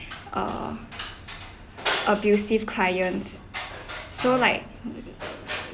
uh abusive clients so like mm